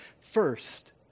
first